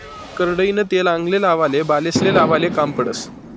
करडईनं तेल आंगले लावाले, बालेस्ले लावाले काम पडस